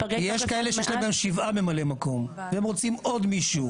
שיש להם גם שבעה ממלאי מקום והם רוצים עוד מישהו.